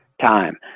time